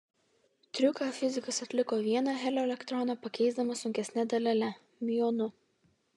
triuką fizikas atliko vieną helio elektroną pakeisdamas sunkesne dalele miuonu